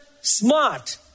smart